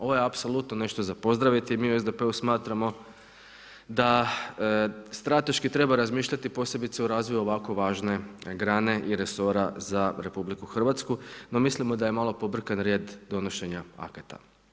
Ovo je apsolutno nešto za pozdraviti, mi u SDP-u smatramo da strateški treba razmišljati, posebice o razvoju ovako važne grane i resora za RH, no mislimo da je malo pobrkan red donošenja akata.